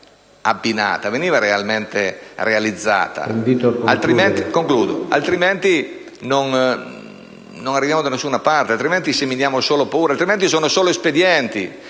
altrimenti non andiamo da nessuna parte e seminiamo solo paura; altrimenti sono solo espedienti.